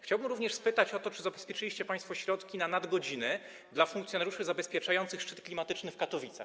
Chciałbym również spytać o to, czy zabezpieczyliście państwo środki na nadgodziny dla funkcjonariuszy zabezpieczających szczyt klimatyczny w Katowicach.